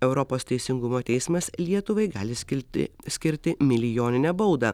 europos teisingumo teismas lietuvai gali skilti skirti milijoninę baudą